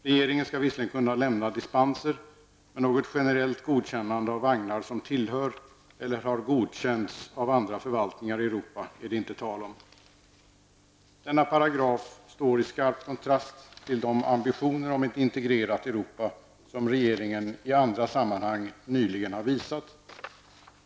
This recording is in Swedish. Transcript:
Regeringen skall visserligen kunna lämna dispenser, men något generellt godkännande av vagnar som tillhör eller har godkänts av andra förvaltningar i Europa är det inte tal om. Denna paragraf står i skarp kontrast till de ambitioner om ett integrerat Europa som regeringen i andra sammanhang nyligen har visat.